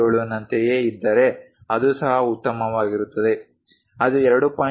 77 ನಂತೆಯೇ ಇದ್ದರೆ ಅದು ಸಹ ಉತ್ತಮವಾಗಿರುತ್ತದೆ ಅದು 2